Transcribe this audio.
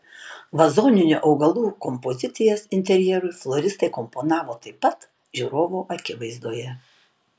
vazoninių augalų kompozicijas interjerui floristai komponavo taip pat žiūrovų akivaizdoje